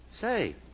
say